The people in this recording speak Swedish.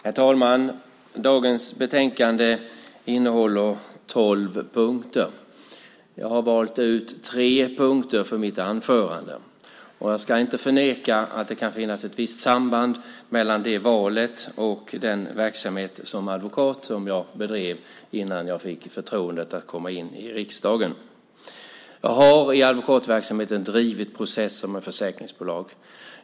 Herr talman! Dagens betänkande innehåller tolv punkter. Jag har valt ut tre punkter för mitt anförande. Jag ska inte förneka att det kan finnas ett visst samband mellan valet av punkter och den verksamhet som advokat jag bedrev innan jag fick förtroendet att komma in i riksdagen. Jag har i advokatverksamheten drivit processer med försäkringsbolag.